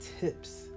tips